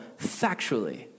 factually